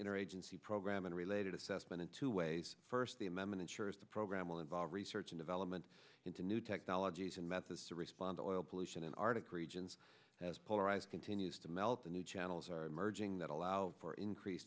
interagency program and related assessment in two ways first the amendment ensures the program will involve research and development into new technologies and methods to respond to all pollution in arctic regions as polarized continues to melt the new channels are emerging that allow for increase